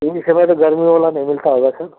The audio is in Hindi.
इन समय तो गर्मी वाला नई मिलता होगा सर